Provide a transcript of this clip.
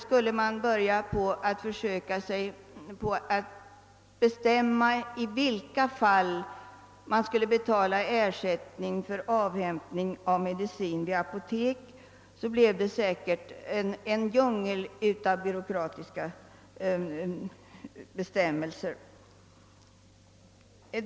Skulle man försöka sig på att bestämma i vilka fall "ersättning skall utgå för avhämtning av medicin vid apotek, fick man säkerligen en djungel av byråkratiska bestämmelser.